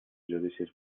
judicis